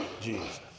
Jesus